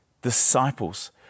Disciples